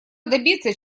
добиться